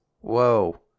Whoa